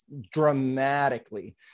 dramatically